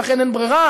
ולכן אין ברירה.